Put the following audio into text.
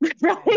right